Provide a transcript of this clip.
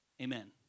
amen